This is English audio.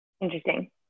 interesting